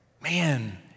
Man